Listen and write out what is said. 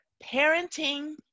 parenting